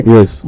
Yes